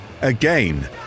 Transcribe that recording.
Again